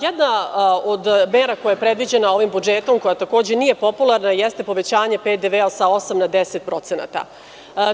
Jedna od mera koja je predviđena ovim budžetom, koja takođe nije popularna, jeste povećanje PDV-a sa osam na 10%